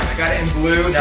got it in blue,